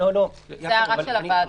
זה הערה של הוועדה.